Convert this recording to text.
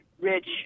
rich